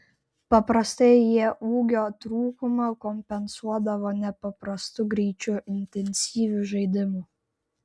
paprastai jie ūgio trūkumą kompensuodavo nepaprastu greičiu intensyviu žaidimu